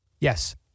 Yes